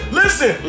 listen